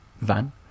van